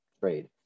trade